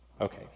Okay